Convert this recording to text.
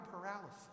paralysis